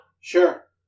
Sure